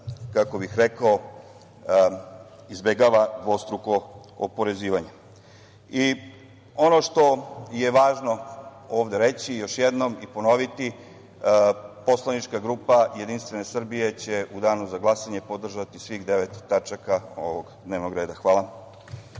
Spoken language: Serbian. nas, jer se izbegava dvostruko oporezivanje. Još jednom ću reći i ponoviti, Poslanička grupa Jedinstvene Srbije će u danu za glasanje podržati svih devet tačaka ovog dnevnog reda. Hvala.